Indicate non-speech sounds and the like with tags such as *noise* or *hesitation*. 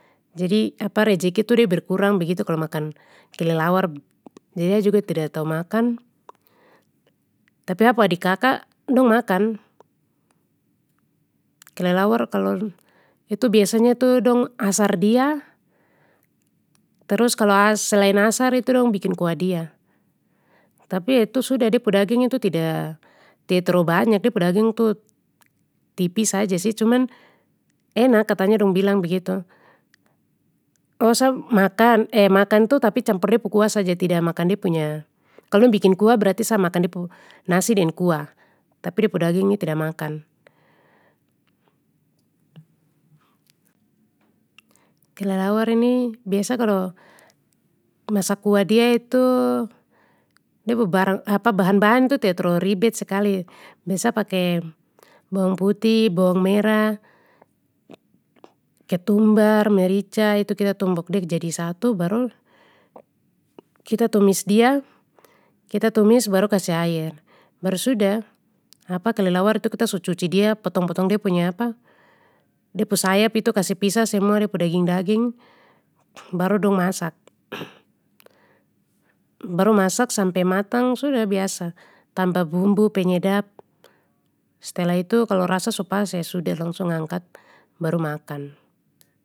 Jadi *hesitation* rejeki tu de berkurang begitu kalo makan kelelawar, jadi a juga tida tahu makan. Tapi a pu adik kaka dong makan, kelelawar kalo, itu biasanya itu dong asar dia, terus kalo as-selain asar itu dong bikin kuah dia, tapi ya itu sudah de pu daging itu tida, tida terlalu banyak de pu daging tu, tipis saja sih cuman enak katanya dong bilang begitu. Oh sa makan eh makan tu tapi campur de pu kuah saja tida makan de punya, kalo dong bikin kuah berarti sa makan nasi deng kuah, tapi de pu daging ni tida makan. Kelelawar ini biasa kalo masak kuah dia itu, de pu barang *hesitation* bahan bahan tu tida terlalu ribet sekali, biasa pake bawang putih, bawang merah, ketumbar, merica itu kita tumbuk de jadi satu baru, kita tumis dia, kita tumis baru kasih air, baru sudah *hesitation* kelelawar itu kita su cuci dia potong potong de punya *hesitation* de pu sayap itu kasih pisah semua de pu daging daging, baru dong masak. Baru masak sampe matang sudah biasa tanpa bumbu penyedap, stelah itu kalo rasa su pas ya sudah langsung angkat baru makan.